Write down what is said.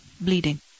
bleeding